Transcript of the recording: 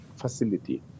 facility